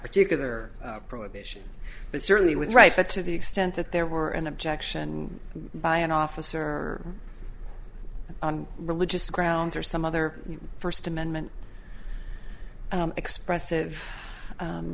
particular prohibition but certainly with rights but to the extent that there were an objection by an officer on religious grounds or some other first amendment expressive